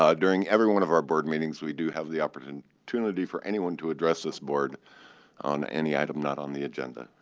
ah during every one of our board meetings, we do have the opportunity opportunity for anyone to address this board on any item not on the agenda.